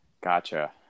Gotcha